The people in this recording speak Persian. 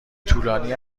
طولانی